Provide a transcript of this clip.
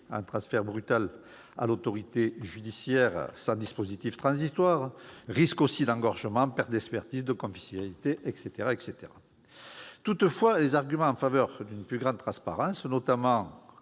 un transfert brutal à l'autorité judiciaire sans dispositif transitoire- engorgement, perte d'expertise, de confidentialité ... Toutefois, les arguments en faveur d'une plus grande transparence, notamment